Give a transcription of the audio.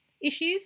issues